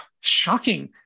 shocking